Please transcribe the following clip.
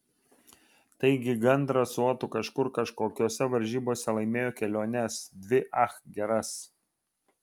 taigi gandras su otu kažkur kažkokiose varžybose laimėjo keliones dvi ach geras